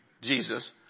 Jesus